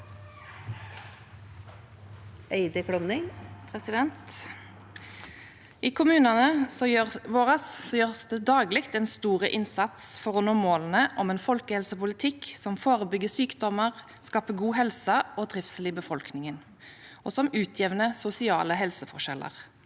I kommunene våre gjøres det daglig en stor innsats for å nå målene om en folkehelsepolitikk som forebygger sykdommer, skaper god helse og trivsel i befolkningen og utjevner sosiale helseforskjeller.